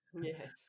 Yes